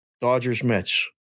Dodgers-Mets